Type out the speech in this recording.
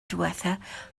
ddiwethaf